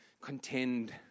contend